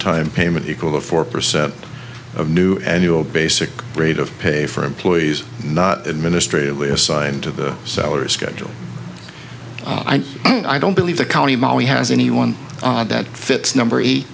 time payment equal a four percent of new annual basic rate of pay for employees not administratively assigned to the salary schedule and i don't believe the county molly has anyone that fits number eight